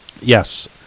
Yes